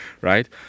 right